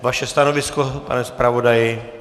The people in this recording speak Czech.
Vaše stanovisko, pane zpravodaji?